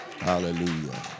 hallelujah